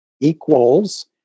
equals